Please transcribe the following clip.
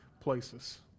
places